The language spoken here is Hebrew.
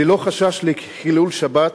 ללא חשש לחילול שבת